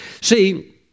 See